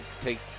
take